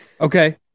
Okay